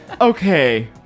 Okay